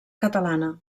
catalana